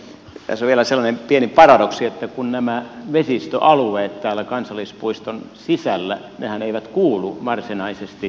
tässä on vielä sellainen pieni paradoksi että nämä vesistöalueethan täällä kansallispuiston sisällä eivät kuulu varsinaisesti tähän kansallispuistoon